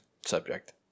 subject